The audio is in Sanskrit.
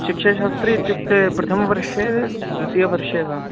शिक्षाशास्त्रि इत्युक्ते प्रथमवर्षे द्वितीयवर्षे वा